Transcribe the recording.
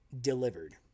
delivered